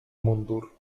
mundur